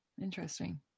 interesting